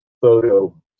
photo